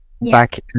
back